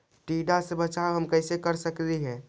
टीडा से बचाव हम कैसे कर सकली हे?